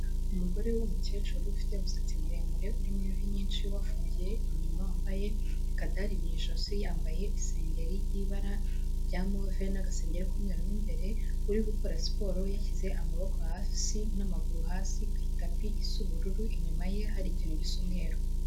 Umugore w'umukecuru ufite umusatsi muremure urimo imvi nyinshi wafungiye inyuma wambaye akadali mu ijosi, yambaye isengeri ry'ibara rya move n'agasengeri k'umweru mo imbere, uri gukora siporo yishyize amaboko hasi n'amaguru hasi ku itapi isa ubururu, inyuma ye hari ikintu gisa umweru.